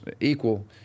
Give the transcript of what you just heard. equal